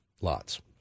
Lots